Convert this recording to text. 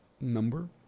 number